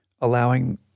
allowing